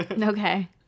Okay